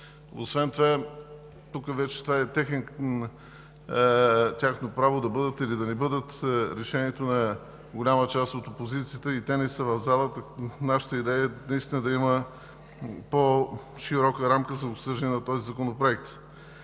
Освен това тук това вече е тяхно право – да бъдат или да не бъдат е решението на голяма част от опозицията, и те не са в залата, а нашата идея е наистина да има по-широка рамка за обсъждане на този законопроект.